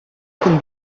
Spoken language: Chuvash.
кун